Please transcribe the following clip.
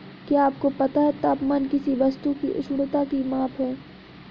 क्या आपको पता है तापमान किसी वस्तु की उष्णता की माप है?